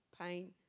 pain